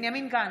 בנימין גנץ,